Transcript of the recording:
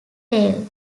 tail